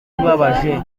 ibabaje